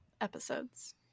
episodes